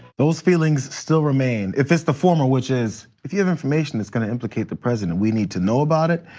those feelings still remain. if it's the former, which is, if you have information that's gonna implicate the president, we need to know about it.